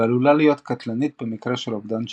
ועלול להיות קטלני במקרה של אובדן שליטה.